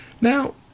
Now